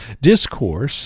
discourse